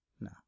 No